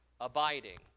abiding